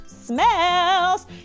smells